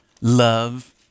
love